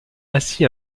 ainsi